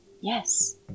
Yes